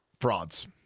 frauds